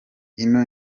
ino